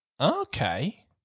Okay